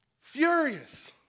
furious